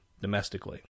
domestically